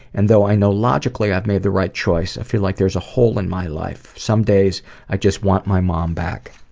and though i know that logically i've made the right choice, i feel like there's a hole in my life. some days i just want my mom back.